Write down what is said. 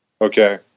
Okay